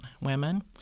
women